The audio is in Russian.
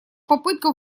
попытку